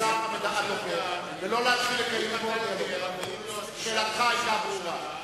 בר-און, שאלתך היתה ברורה.